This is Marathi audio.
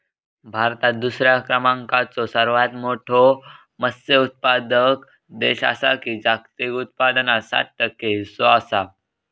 भारत दुसऱ्या क्रमांकाचो सर्वात मोठो मत्स्य उत्पादक देश आसा आणि जागतिक उत्पादनात सात टक्के हीस्सो आसा